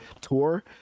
tour